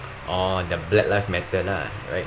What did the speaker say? orh the black lives matter lah right